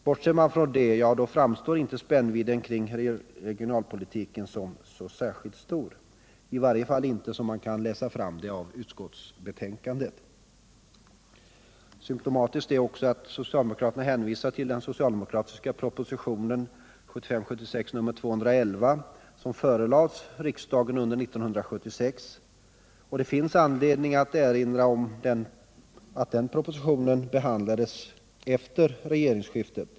Bortser vi från det, framstår inte spännvidden kring regionalpolitiken som särskilt stor — i varje fall inte när man läser utskottsbetänkandet. Symtomatiskt är också att socialdemokraterna hänvisar till den socialdemokratiska propositionen 1975/76:211, som förelades riksdagen under 1976. Det finns anledning att erinra om att den propositionen behandlades efter regeringsskiftet.